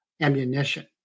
ammunition